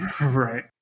Right